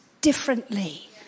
differently